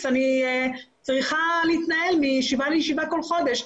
אני צריכה להתנהל מישיבה לישיבה כל חודש.